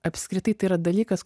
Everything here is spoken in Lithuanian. apskritai tai yra dalykas